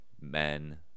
men